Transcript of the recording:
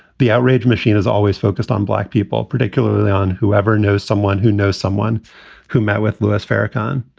the outrage machine is always focused on black people, particularly on whoever knows someone who knows someone who met with louis farrakhan.